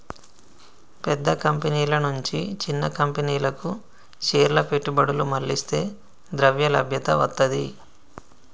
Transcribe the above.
పెద్ద కంపెనీల నుంచి చిన్న కంపెనీలకు షేర్ల పెట్టుబడులు మళ్లిస్తే ద్రవ్యలభ్యత వత్తది